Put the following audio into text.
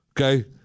okay